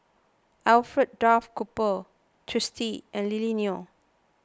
Alfred Duff Cooper Twisstii and Lily Neo